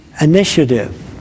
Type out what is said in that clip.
Initiative